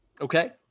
Okay